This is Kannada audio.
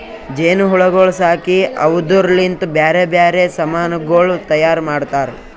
ಜೇನು ಹುಳಗೊಳ್ ಸಾಕಿ ಅವುದುರ್ ಲಿಂತ್ ಬ್ಯಾರೆ ಬ್ಯಾರೆ ಸಮಾನಗೊಳ್ ತೈಯಾರ್ ಮಾಡ್ತಾರ